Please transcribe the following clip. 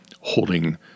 holding